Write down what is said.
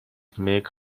make